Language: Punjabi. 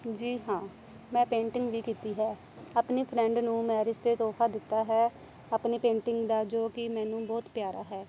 ਜੀ ਹਾਂ ਮੈਂ ਪੇਂਟਿੰਗ ਵੀ ਕੀਤੀ ਹੈ ਆਪਣੇ ਫਰੈਂਡ ਨੂੰ ਮੈਰਿਜ 'ਤੇ ਤੋਹਫਾ ਦਿੱਤਾ ਹੈ ਆਪਣੀ ਪੇਂਟਿੰਗ ਦਾ ਜੋ ਕਿ ਮੈਨੂੰ ਬਹੁਤ ਪਿਆਰਾ ਹੈ